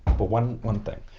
but one, one thing.